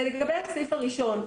הראשון,